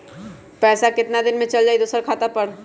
पैसा कितना दिन में चल जाई दुसर खाता पर?